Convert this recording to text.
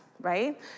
right